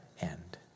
end